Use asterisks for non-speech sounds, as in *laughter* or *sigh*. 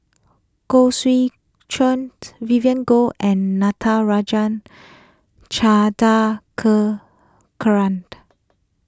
Khoo Swee Chiow Vivien Goh and Natarajan *unintelligible*